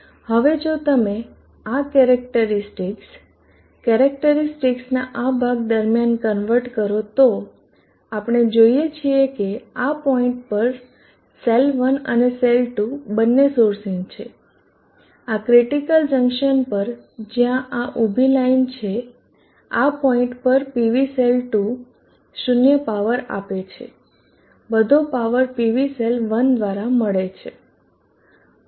હવે જો તમે આ કેરેક્ટરીસ્ટિકસ કેરેક્ટરીસ્ટિકસના આ ભાગ દરમિયાન કન્વર્ટ કરો તો આપણે જોઈએ છીએ કે આ પોઈન્ટ પર સેલ 1 અને સેલ 2 બંને સોર્સિંગ છે આ ક્રિટીકલ જંકશન પર જ્યાં આ ઉભી લાઈન છે આ પોઈન્ટ પર PV સેલ2 0 પાવર આપે છે બધો પાવર PV સેલ 1 દ્વારા મળે છે